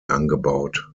angebaut